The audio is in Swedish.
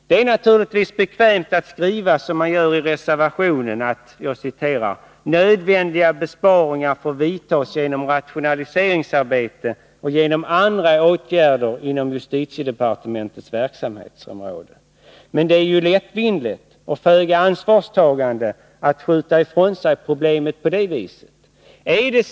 Det är naturligtvis bekvämt att skriva, som man gör i reservationen, att: ”Nödvändiga besparingar får vidtas genom ——-— rationaliseringsarbete och —-—-=- genom andra åtgärder inom justitiedepartementets verksamhetsområde”; Men det är lättvindigt och föga ansvarsfullt att skjuta ifrån sig problemet på det sättet.